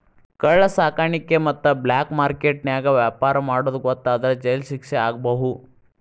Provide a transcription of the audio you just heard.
ಕಳ್ಳ ಸಾಕಾಣಿಕೆ ಮತ್ತ ಬ್ಲಾಕ್ ಮಾರ್ಕೆಟ್ ನ್ಯಾಗ ವ್ಯಾಪಾರ ಮಾಡೋದ್ ಗೊತ್ತಾದ್ರ ಜೈಲ್ ಶಿಕ್ಷೆ ಆಗ್ಬಹು